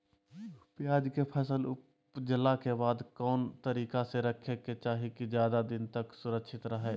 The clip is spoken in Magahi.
प्याज के फसल ऊपजला के बाद कौन तरीका से रखे के चाही की ज्यादा दिन तक सुरक्षित रहय?